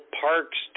parks